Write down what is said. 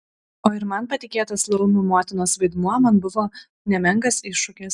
o ir man patikėtas laumių motinos vaidmuo man buvo nemenkas iššūkis